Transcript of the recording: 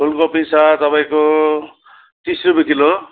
फुलकोपी छ तपाईँको तिस रुपियाँ किलो